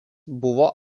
buvo